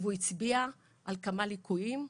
והוא הצביע על כמה ליקויים.